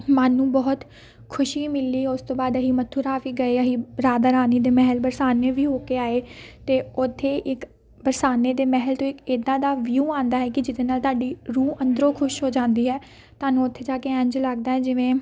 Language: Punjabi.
ਮਨ ਨੂੰ ਬਹੁਤ ਖੁਸ਼ੀ ਮਿਲੀ ਉਸ ਤੋਂ ਬਾਅਦ ਅਸੀਂ ਮਥੁਰਾ ਵੀ ਗਏ ਅਸੀਂ ਰਾਧਾਰਾਣੀ ਦੇ ਮਹਿਲ ਬਰਸਾਨੇ ਵੀ ਹੋ ਕੇ ਆਏ ਅਤੇ ਉੱਥੇ ਇੱਕ ਬਰਸਾਨੇ ਦੇ ਮਹਿਲ ਤੋਂ ਇੱਕ ਇੱਦਾਂ ਦਾ ਵਿਊ ਆਉਂਦਾ ਹੈ ਕਿ ਜਿਹਦੇ ਨਾਲ ਤੁਹਾਡੀ ਰੂਹ ਅੰਦਰੋਂ ਖੁਸ਼ ਹੋ ਜਾਂਦੀ ਹੈ ਤੁਹਾਨੂੰ ਉੱਥੇ ਜਾ ਕੇ ਇੰਝ ਲੱਗਦਾ ਜਿਵੇਂ